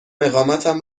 اقامتم